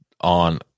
on